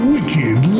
Wicked